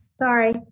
Sorry